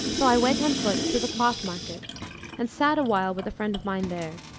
so i went on foot to the cloth-market and sat awhile with a friend of mine there.